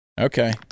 Okay